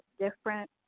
different